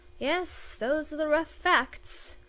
yes, those are the rough facts.